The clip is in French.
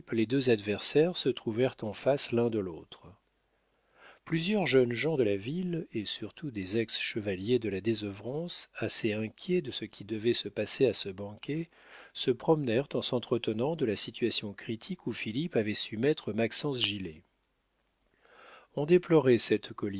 les deux adversaires se trouvèrent en face l'un de l'autre plusieurs jeunes gens de la ville et surtout des ex chevaliers de la désœuvrance assez inquiets de ce qui devait se passer à ce banquet se promenèrent en s'entretenant de la situation critique où philippe avait su mettre maxence gilet on déplorait cette